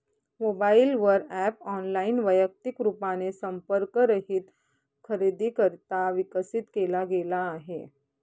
mobile वर app online, वैयक्तिक रूपाने संपर्क रहित खरेदीकरिता विकसित केला गेला आहे